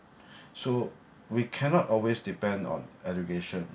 so we cannot always depend on education